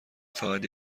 فقط